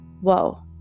Whoa